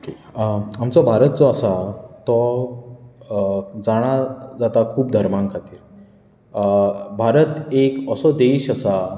आमचो भारत जो आसा तो जाणां जाता खूब धर्मां खातीर भारत एक असो देश आसा